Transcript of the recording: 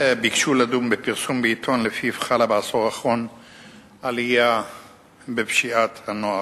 לדון בפרסום בעיתון שלפיו חלה בעשור האחרון עלייה בפשיעת הנוער.